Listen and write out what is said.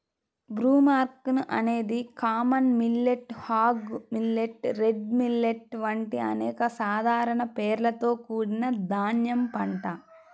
broomcorn అనేది common millet, hog millet, red millet వంటి అనేక సాధారణ పేర్లతో కూడిన ధాన్యం పంట